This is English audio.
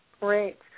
Great